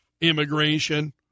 immigration